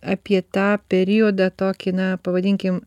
apie tą periodą tokį na pavadinkim